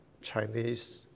Chinese